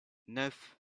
neuf